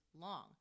long